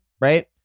right